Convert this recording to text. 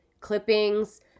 clippings